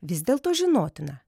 vis dėlto žinotina